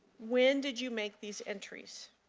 when did you make these entries?